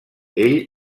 ell